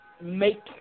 make